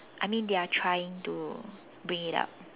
I mean they are trying to bring it up